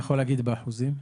אתה יכול להגיד באחוזים?